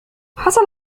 حصل